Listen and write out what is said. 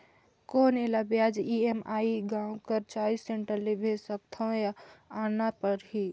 कौन एला ब्याज ई.एम.आई गांव कर चॉइस सेंटर ले भेज सकथव या आना परही?